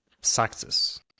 success